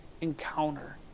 encounter